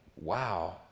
wow